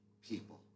people